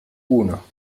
uno